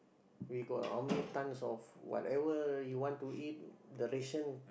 we got how many tons of whatever you want to eat the ration